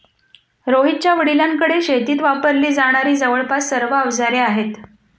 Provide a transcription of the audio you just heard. रोहितच्या वडिलांकडे शेतीत वापरली जाणारी जवळपास सर्व अवजारे आहेत